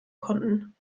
konnten